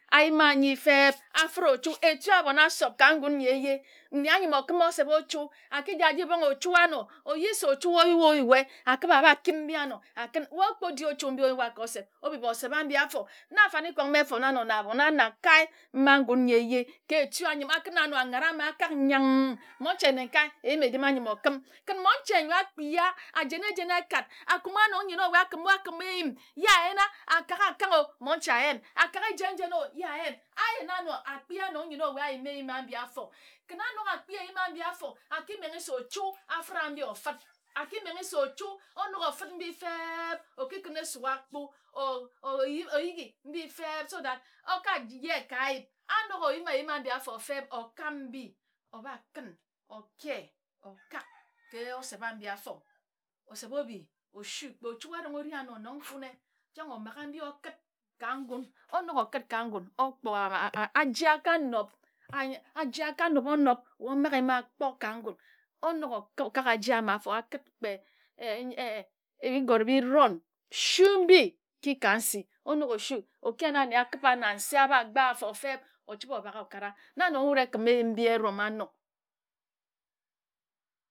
Ayim anyi feb afid ochu etu abon asop ka ngan nhi eje nyi anok akim osep ochu akiji aji bong ochu anor oyi se ochu mbi oyua ka osep obibi osep ambi afor na afanikong mbi efona anor na abon anakae ma ngun nyi eje ka echi a ayima okun anor ngara anyi akak yim monche nnekae eyim edima mbim okim monche nyor akpia ajene ejen ekard akuma anor nyin ava akima okim eyim ye ayina akok akong õ monche ayin akok ẽ jen jen õ ye ayin ayin anor akpia anor nyine owa ayima eyim anyi nor afor kin anok akpi eyim ayi afor aki-menghe se ochu afira mbine ofid akimenghe se ochu onok ofid mbi feb. okikun esuk akpu ayighi feb. se that oka je aka ayip anok oyim eyim mbi afor feb okam mbi obakin oke okak ka osep anyi afor osep omaga mbi okid ka ngun onok okid ka ngun okpor aaa aje akanob and aje aku nob onob wae omage ẽ ma akpor ka ngun onok okak aje ame afor akid kpe eron sui mbi ki ka nsi onok osu okiyin anne akiba na nse aba gba a afor feb ochibe obak ã okara na nong wud ekim eyim bi erom anor